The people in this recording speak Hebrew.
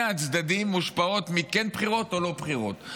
הצדדים מושפעות מכן בחירות או לא בחירות.